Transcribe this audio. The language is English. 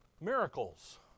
miracles